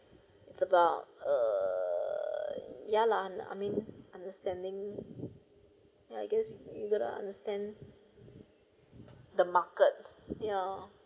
it's about err ya lah I mean understanding ya I guess you would not understand the market yeah